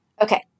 Okay